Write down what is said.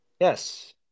yes